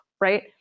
right